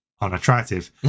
unattractive